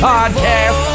Podcast